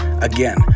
Again